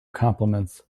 compliments